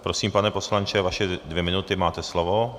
Prosím, pane poslanče, vaše dvě minuty, máte slovo.